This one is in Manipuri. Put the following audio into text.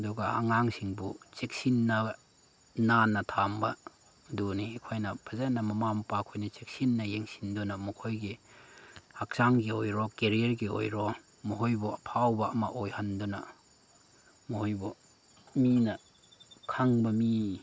ꯑꯗꯨꯒ ꯑꯉꯥꯡꯁꯤꯡꯕꯨ ꯆꯦꯛꯁꯤꯟꯅ ꯅꯥꯟꯅ ꯊꯝꯕ ꯑꯗꯨꯅꯤ ꯑꯩꯈꯣꯏꯅ ꯐꯖꯅ ꯃꯃꯥ ꯃꯄꯥꯈꯣꯏꯅ ꯆꯦꯛꯁꯤꯟꯅ ꯌꯦꯡꯁꯤꯟꯗꯨꯅ ꯃꯈꯣꯏꯒꯤ ꯍꯛꯆꯥꯡꯒꯤ ꯑꯣꯏꯔꯣ ꯀꯦꯔꯤꯌꯥꯔꯒꯤ ꯑꯣꯏꯔꯣ ꯃꯈꯣꯏꯕꯨ ꯑꯐꯥꯎꯕ ꯑꯃ ꯑꯣꯏꯍꯟꯗꯨꯅ ꯃꯈꯣꯏꯕꯨ ꯃꯤꯅ ꯈꯪꯕ ꯃꯤ